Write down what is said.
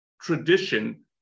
tradition